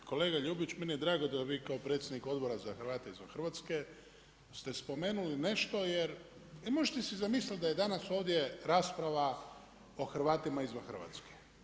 Pa kolega Ljubić, meni je drago da vi predsjednik Odbora za Hrvate izvan Hrvatske ste spomenuli nešto jer, možete si zamisliti da je danas ovdje rasprava o Hrvatima izvan Hrvatske.